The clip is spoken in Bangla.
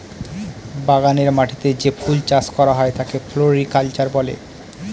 বাগানের মাটিতে যে ফুল চাষ করা হয় তাকে ফ্লোরিকালচার বলে